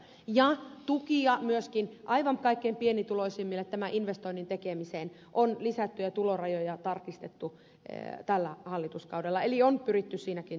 ja tukia myöskin aivan kaikkein pienituloisimmille tämän investoinnin tekemiseen on lisätty ja tulorajoja on tarkistettu tällä hallituskaudella eli on pyritty siinäkin tulemaan vastaan